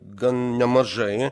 gan nemažai